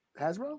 Hasbro